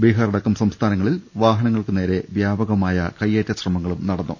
ബീഹാർ അടക്കം സംസ്ഥാനങ്ങളിൽ വാഹ നങ്ങൾക്കുനേരെ വ്യാപകമായ കയ്യേറ്റ ശ്രമങ്ങളും നടന്നു